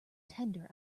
tender